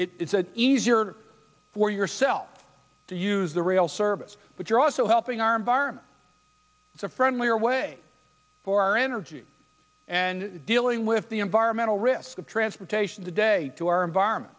it's easier for yourself to use the rail service but you're also helping our environment it's a friendlier way for energy and dealing with the environmental risk of transportation today to our environment